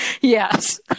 Yes